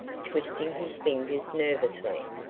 twisting his fingers nervously.